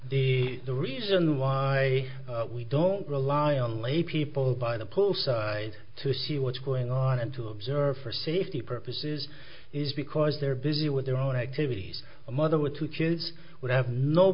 ivanoff the reason why we don't rely on lay people by the pool so to see what's going on and to observe for safety purposes is because they're busy with their own activities a mother with two kids would have no